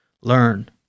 learn